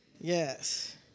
Yes